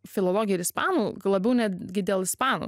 filologiją ir ispanų labiau netgi dėl ispanų